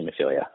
hemophilia